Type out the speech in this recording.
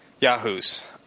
yahoos